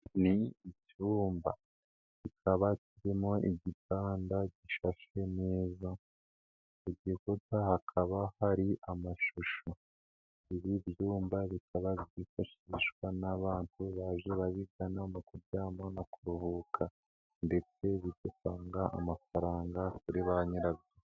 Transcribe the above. Ni icyumba. Kikaba kirimo igitanda gishashe neza, ku gikuta hakaba hari amashusho, ibi byumba bikaba byifashishwa n'abantu baje babigana mu kuryama no kuruhuka. Ndetse bigatanga amafaranga kuri ba nyirabyo.